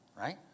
right